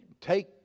take